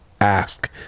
ask